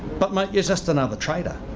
but mate you're just another trader,